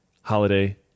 holiday